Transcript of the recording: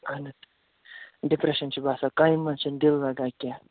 اَہَن حظ ڈِپرٛیشَن چھِ باسان کامہِ منٛز چھِنہٕ دِل لَگان کیٚنٛہہ